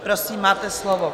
Prosím, máte slovo.